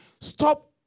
Stop